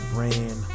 ran